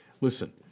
Listen